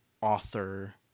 author